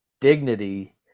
dignity